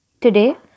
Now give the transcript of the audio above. Today